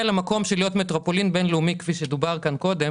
למקום של להיות מטרופולין בין-לאומי כפי שדובר כאן קודם